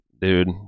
dude